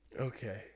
Okay